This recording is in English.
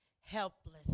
helpless